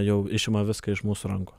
jau išima viską iš mūsų rankų